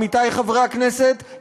עמיתי חברי הכנסת,